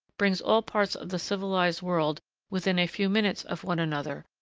brings all parts of the civilised world within a few minutes of one another,